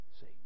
See